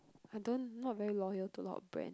I don't not very loyal to a lot of brand